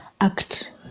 act